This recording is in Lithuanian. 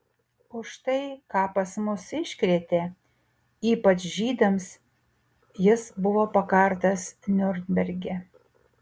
už tai ką pas mus iškrėtė ypač žydams jis buvo pakartas niurnberge